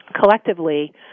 collectively